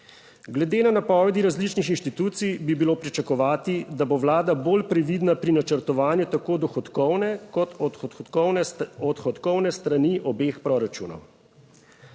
Glede na napovedi različnih inštitucij bi bilo pričakovati, da bo Vlada bolj previdna pri načrtovanju tako dohodkovne kot odhodkovne strani obeh proračunov.